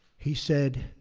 he said,